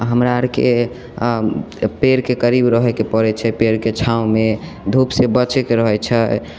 हमरा आरके पेड़के करीब रहएके पड़ैत छै तऽ पेड़के छाँवमे धूप से बचैके रहैत छै